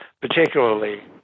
particularly